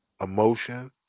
emotion